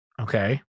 Okay